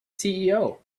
ceo